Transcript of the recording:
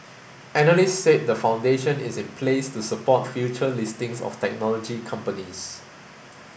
analysts said the foundation is in place to support future listings of technology companies